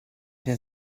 der